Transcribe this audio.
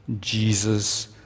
Jesus